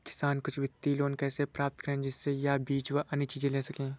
किसान कुछ वित्तीय लोन कैसे प्राप्त करें जिससे वह बीज व अन्य चीज ले सके?